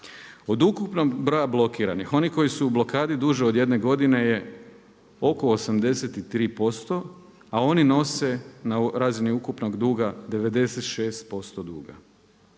Od ukupnog broja blokiranih, onih koji su u blokadi duže od 1 godine je oko 83% a oni nose na razini ukupnog duga 96% duga.